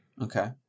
Okay